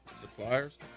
suppliers